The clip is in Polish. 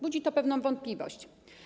Budzi to pewną wątpliwość.